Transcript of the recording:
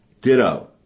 Ditto